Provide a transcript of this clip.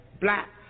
black